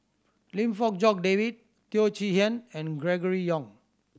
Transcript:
Lim Fong Jock David Teo Chee Hean and Gregory Yong